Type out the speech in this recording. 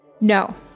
No